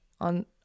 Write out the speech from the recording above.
on